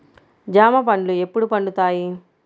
జామ పండ్లు ఎప్పుడు పండుతాయి?